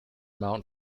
mount